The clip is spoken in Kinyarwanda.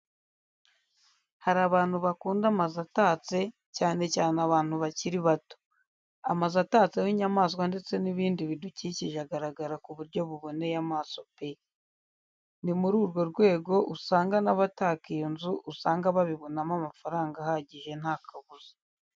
Hari abantu bakunda amazu atatse, cyane cyane abantu bakiri bato. Amazu atatseho inyamaswa ndetse n'ibindi bidukikije, agaragara ku buryo buboneye amaso pe! Ni muri urwo rwego usanga n'abataka iyo nzu usanga babibonamo amafaranga ahagaije ntakabuza.